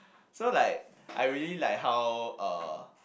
so like I really like how uh